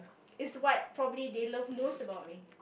it's what probably they love most about me